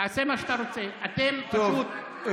--- טוב --- לא,